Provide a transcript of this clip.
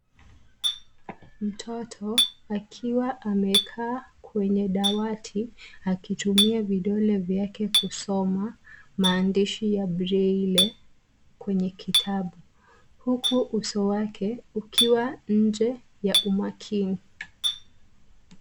Mtoto akiwa amekaa kwenye dawati akitumia vidole vyake kusoma maandishi ya breile kwenye kitabu huku uso wake ukiwa nje ya umakini.